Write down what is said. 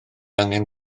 angen